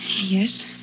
Yes